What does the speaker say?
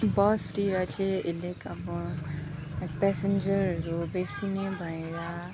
बसतिर चाहिँ अलिक अब पेसेन्जरहरू बेसी नै भएर